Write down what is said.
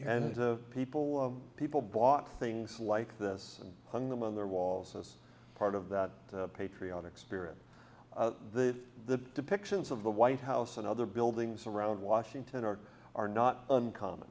and the people of people bought things like this and hung them on their walls us part of that patriotic spirit the the depictions of the white house and other buildings around washington or are not uncommon